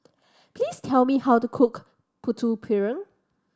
please tell me how to cook Putu Piring